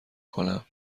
کنم